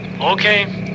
Okay